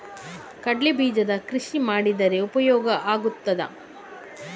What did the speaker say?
ಕಡ್ಲೆ ಬೀಜದ ಕೃಷಿ ಮಾಡಿದರೆ ಉಪಯೋಗ ಆಗುತ್ತದಾ?